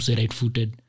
right-footed